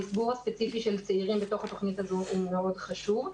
המסגור הספציפי של צעירים בתוך התוכנית הזו חשוב מאוד.